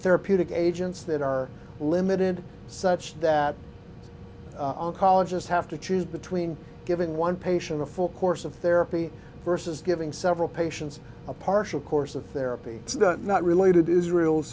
therapeutic agents that are limited such that colleges have to choose between giving one patient a full course of therapy versus giving several patients a partial course of therapy not related to israel's